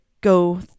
go